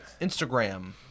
Instagram